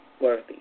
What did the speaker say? worthy